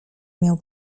miał